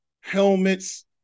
helmets